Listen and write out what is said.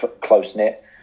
close-knit